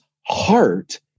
heart